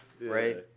right